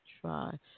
try